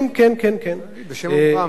בשם אומרם זה לא,